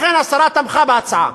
לכן השרה תמכה בהצעה.